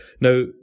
Now